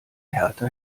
hertha